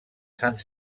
sant